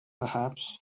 perhaps